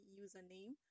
username